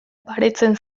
baretzen